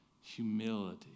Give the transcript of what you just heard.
humility